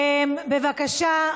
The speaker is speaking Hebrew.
בבקשה,